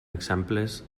exemples